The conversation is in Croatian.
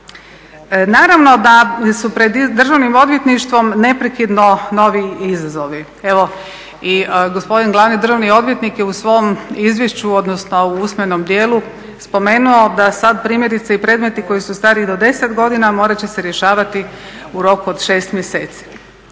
Naravno da je pred Državnim odvjetništvom neprekidno novi izazovi. Evo i gospodin glavni državni odvjetnik je u svom izvješću odnosno u usmenom dijelu spomenuo da sada primjerice i predmeti koji su stariji i do 10 godina morat će se rješavati u roku od 6 mjeseci.